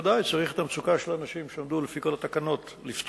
בוודאי צריך את המצוקה של האנשים שעמדו לפי כל התקנות לפתור.